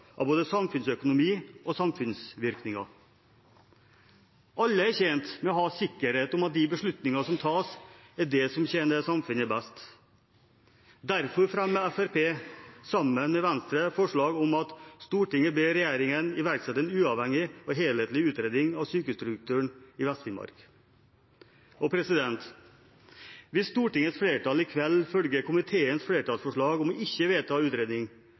av både samfunnsøkonomi og samfunnsvirkninger. Alle er tjent med å ha sikkerhet for at de beslutninger som tas, er det som tjener samfunnet best. Derfor fremmer Fremskrittspartiet sammen med Venstre forslag om at «Stortinget ber regjeringen iverksette en uavhengig helhetlig utredning av sykehusstrukturen i Vest-Finnmark.» Hvis Stortingets flertall i kveld følger komiteens flertallsforslag om ikke å vedta utredning,